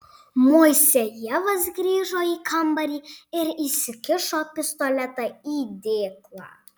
moisejevas grįžo į kambarį ir įsikišo pistoletą į dėklą